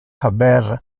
haber